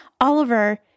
Oliver